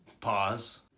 Pause